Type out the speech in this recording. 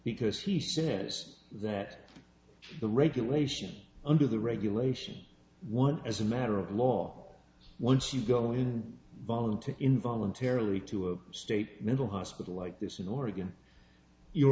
because he sense that the regulation under the regulation one as a matter of law once you go in volunteer in voluntarily to a state mental hospital like this in oregon you're